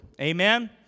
Amen